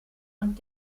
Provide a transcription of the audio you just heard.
und